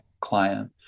client